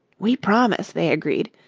we promise, they agreed,